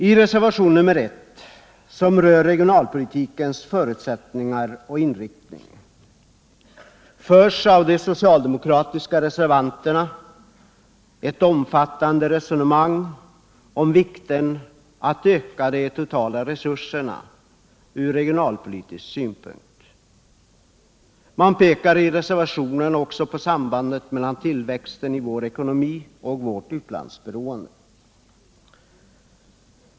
I reservationen 1, som rör regionalpolitikens förutsättningar och inriktning, förs av de socialdemokratiska reservanterna ett omfattande resonemang om vikten av att öka de totala resurserna ur regionalpolitisk synpunkt. Man pekar i reservationen också på sambandet mellan tillväxten i vår ekonomi och vårt utlandsberoende.